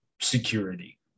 security